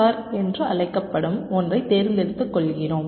R என்று அழைக்கப்படும் ஒன்றை தேர்ந்தெடுத்து கொள்கிறோம்